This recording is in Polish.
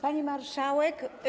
Pani Marszałek!